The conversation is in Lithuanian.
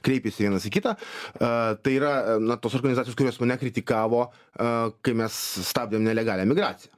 kreipiasi vienas į kitą a tai yra na tos organizacijos kurios mane kritikavo a kai mes stabdėm nelegalią migraciją